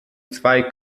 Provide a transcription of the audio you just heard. zwei